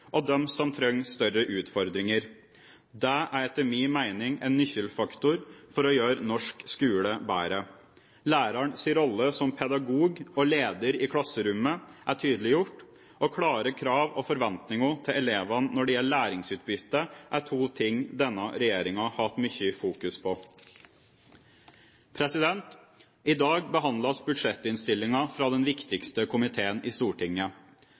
og dem som trenger større utfordringer. Det er etter min mening en nøkkelfaktor for å gjøre norsk skole bedre. Lærerens rolle som pedagog og leder i klasserommet er tydeliggjort, og klare krav og forventninger til elevene når det gjelder læringsutbytte er to ting denne regjeringen har hatt mye fokus på. I dag behandles budsjettinnstillingen fra den viktigste komiteen i Stortinget.